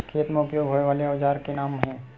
खेत मा उपयोग होए वाले औजार के का नाम हे?